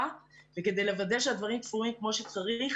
וכדי לוודא שהדברים תפורים כמו שצריך,